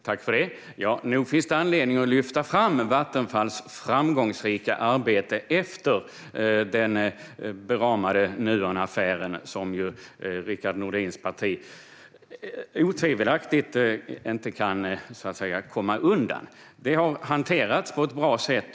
Herr talman! Nog finns det anledning att lyfta fram Vattenfalls framgångsrika arbete efter den beramade Nuonaffären, som ju Rickard Nordins parti otvivelaktigt inte kan komma undan. Detta har hanterats på ett bra sätt.